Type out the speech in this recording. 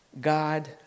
god